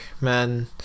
man